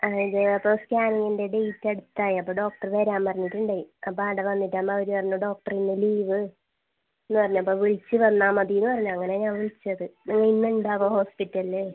ആ ഇത് അപ്പോൾ സ്കാനിങ്ങിൻ്റെ ഡേറ്റ് അടുത്തായി അപ്പോൾ ഡോക്ടർ വരാൻ പറഞ്ഞിട്ടുണ്ടായി അപ്പോൾ ആടെ വന്നിട്ടുണ്ടാവുമ്പോൾ അവർ പറഞ്ഞു ഡോക്ടറിന്ന് ലീവ്ന്നു പറഞ്ഞു അപ്പോൾ വിളിച്ചുപറഞ്ഞാൽ മതീന്ന് പറഞ്ഞു അങ്ങനെ ഞാൻ വിളിച്ചത് ഇന്ന് ഉണ്ടാവോ ഹോസ്പിറ്റലിൽ